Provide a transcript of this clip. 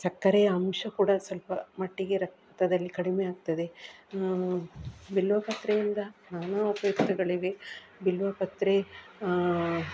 ಸಕ್ಕರೆಯ ಅಂಶ ಕೂಡ ಸ್ವಲ್ಪ ಮಟ್ಟಿಗೆ ರಕ್ತದಲ್ಲಿ ಕಡಿಮೆ ಆಗ್ತದೆ ಬಿಲ್ವಪತ್ರೆಯಿಂದ ನಾನಾ ಉಪಯುಕ್ತಗಳಿವೆ ಬಿಲ್ವಪತ್ರೆ